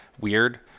weird